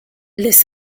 les